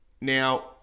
now